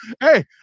Hey